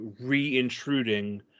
re-intruding